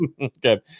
okay